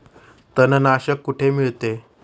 तणनाशक कुठे मिळते?